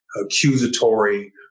accusatory